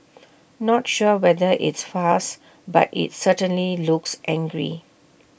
not sure whether it's fast but IT certainly looks angry